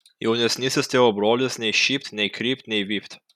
jaunesnysis tėvo brolis nei šypt nei krypt nei vypt